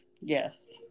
Yes